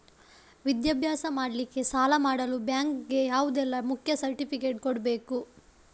ವಿದ್ಯಾಭ್ಯಾಸ ಮಾಡ್ಲಿಕ್ಕೆ ಸಾಲ ಮಾಡಲು ಬ್ಯಾಂಕ್ ಗೆ ಯಾವುದೆಲ್ಲ ಮುಖ್ಯ ಸರ್ಟಿಫಿಕೇಟ್ ಕೊಡ್ಬೇಕು?